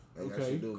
Okay